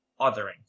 othering